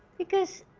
because